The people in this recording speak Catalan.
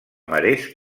marès